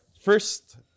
first